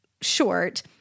short